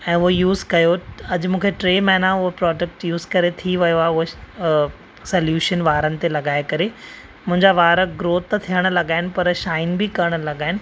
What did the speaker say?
ऐ वो यूस कियो अज मूंखे टे महीना वो प्रोडकट यूस करे थी वियो आहे सोल्युशन वारनि ते लगाये करे मुंहिजा वार ग्रो त थेयण लगा है पर शाइन बि करण लगा आहिनि